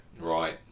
Right